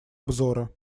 обзора